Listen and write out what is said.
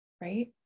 right